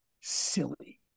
silly